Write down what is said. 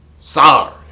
Sorry